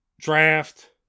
draft